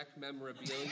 memorabilia